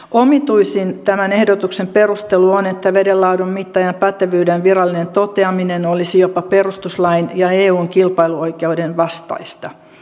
omituisin tämän ehdotuksen perustelu on että vedenlaadun mittaajan pätevyyden virallinen toteaminen olisi jopa perustuslain ja eun kilpailuoikeuden vastaista